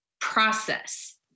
process